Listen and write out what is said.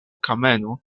kameno